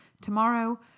tomorrow